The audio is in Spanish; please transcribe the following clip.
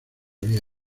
había